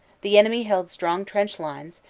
the enemy held strong trench lines,